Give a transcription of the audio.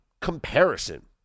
comparison